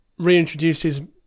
reintroduces